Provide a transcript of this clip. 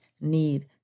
need